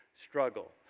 struggle